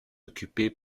occupée